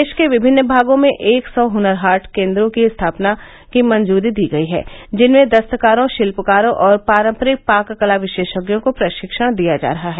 देश के विभिन्न भागों में एक सौ हनर केन्द्रों की मंजरी दी गयी है जिनमें दस्तकारों शिल्पकारों और पारंपरिक पाककला विशेषज्ञों को प्रशिक्षण दिया जा रहा है